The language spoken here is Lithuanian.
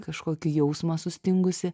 kažkokį jausmą sustingusi